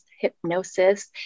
hypnosis